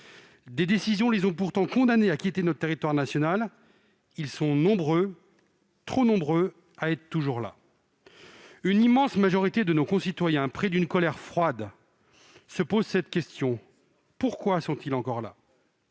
Des décisions les ont pourtant condamnés à quitter notre territoire national ; ils sont nombreux, trop nombreux, à être toujours là. Une immense majorité de nos concitoyens, pris d'une colère froide, se pose cette question : pourquoi sont-ils encore là ?